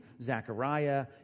Zechariah